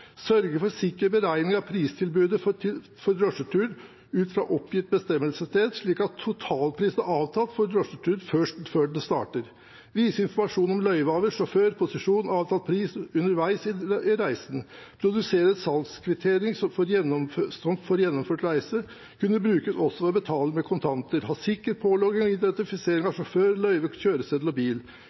Sørge for sikker beregning av pristilbudet for drosjeturen ut fra oppgitt bestemmelsessted, slik at totalprisen er avtalt før drosjeturen starter Vise informasjon om løyvehaver, sjåfør, posisjon, avtalt pris mv. underveis i reisen Produsere en salgskvittering for gjennomført reise Kunne brukes også ved betaling med kontanter Ha sikker pålogging og identifisering av sjåfør, løyve,